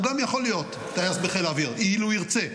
גם הוא יכול להיות טייס בחיל האוויר אם ירצה.